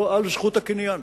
לא על זכות הקניין,